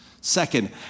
Second